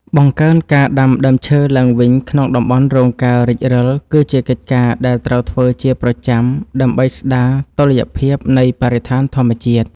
បង្កើនការដាំដើមឈើឡើងវិញក្នុងតំបន់រងការរេចរឹលគឺជាកិច្ចការដែលត្រូវធ្វើជាប្រចាំដើម្បីស្ដារតុល្យភាពនៃបរិស្ថានធម្មជាតិ។